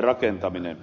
rakentaminen